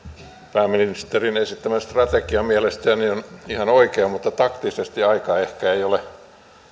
pääministerin esittämä strategia mielestäni on ihan oikea mutta taktisesti ehkä ei ole sen aika